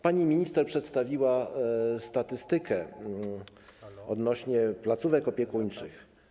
Pani minister przedstawiła statystykę odnośnie do placówek opiekuńczych.